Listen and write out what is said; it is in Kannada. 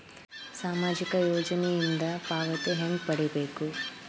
ಸಾಮಾಜಿಕ ಯೋಜನಿಯಿಂದ ಪಾವತಿ ಹೆಂಗ್ ಪಡಿಬೇಕು?